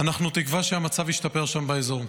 אנחנו תקווה שהמצב ישתפר שם באזור.